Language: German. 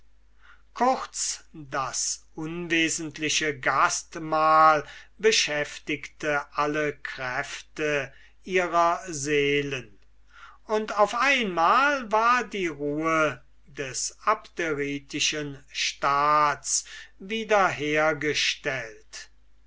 kurz das unwesentliche gastmahl beschäftigte alle kräfte ihrer seelen und auf einmal war die ruhe des abderitischen staats wieder